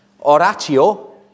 Oratio